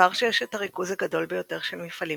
לוורשה יש את הריכוז הגדול ביותר של מפעלים